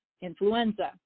influenza